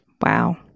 Wow